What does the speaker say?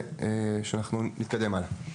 ונתקדם הלאה.